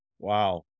Wow